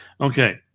Okay